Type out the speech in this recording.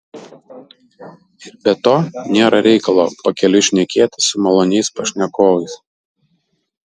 ir be to nėra reikalo pakeliui šnekėtis su maloniais pašnekovais